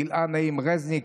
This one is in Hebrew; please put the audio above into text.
בלהה נעים רזניק,